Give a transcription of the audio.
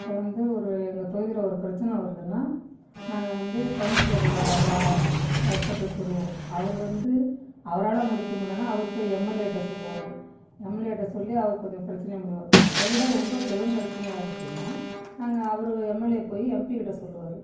இப்போ வந்து ஒரு எங்கள் தொகுதியில் ஒரு பிரச்சின வருதுன்னால் நாங்கள் வந்து கவுன்சிலர் வா வா அவர்கிட்ட போய் சொல்லுவோம் அவர் வந்து அவரால் முடிக்க முடியலன்னா அவர் போய் எம்எல்ஏகிட்ட சொல்லுவார் எம்எல்ஏகிட்ட சொல்லி அவர் கொஞ்சம் பிரச்சினைய முடிப்பார் அதை விட ரொம்ப பெரும் பிரச்சினையா இருந்துச்சுன்னால் நாங்கள் அவர் எம்எல்ஏ போய் எம்பி கிட்டே சொல்லுவார்